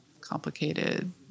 complicated